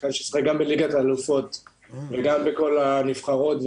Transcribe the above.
שחקן ששיחק גם בליגת האלופות וגם בכל הנבחרות,